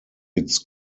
its